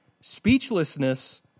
speechlessness